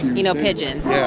you know pigeons yeah.